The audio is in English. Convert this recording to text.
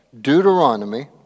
Deuteronomy